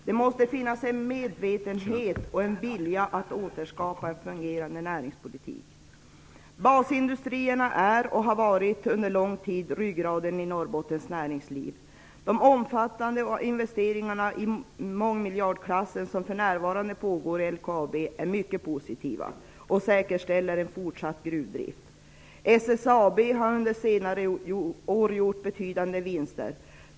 Det måste finnas en medvetenhet och en vilja att återskapa en fungerande näringspolitik. Basindustrierna är, och har så varit under lång tid, ryggraden i Norrbottens näringsliv. De omfattande investeringar i mångmiljardklassen som för närvarande pågår i LKAB är mycket positiva och säkerställer en fortsatt gruvdrift. SSAB har under senare år gjort betydande vinster.